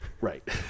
right